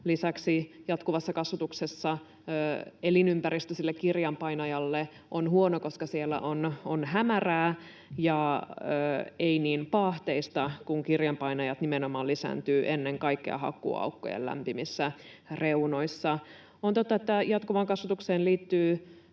Lisäksi jatkuvassa kasvatuksessa elinympäristö sille kirjanpainajalle on huono, koska siellä on hämärää ja ei niin paahteista ja kirjanpainajat nimenomaan lisääntyvät ennen kaikkea hakkuuaukkojen lämpimissä reunoissa. On totta, että jatkuvassa kasvatuksessa näitä